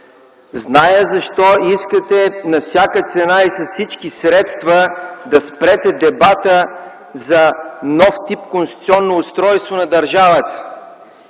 Зная защо искате на всяка цена и с всички средства да спрете дебата за нов тип конституционно устройство на държавата,